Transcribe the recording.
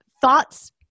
thoughts